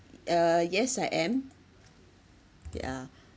uh yes I am yeah